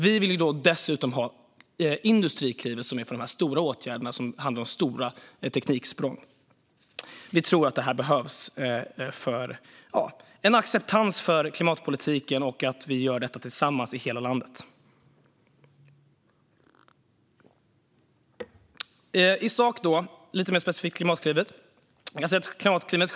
Vi vill dessutom ha Industriklivet för de åtgärder som handlar om stora tekniksprång. Vi tror att detta behövs för att få en acceptans för klimatpolitiken. Det handlar om att göra det tillsammans i hela landet. Låt mig vara lite mer specifik vad gäller Klimatklivet.